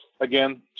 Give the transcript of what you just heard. again